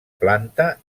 planta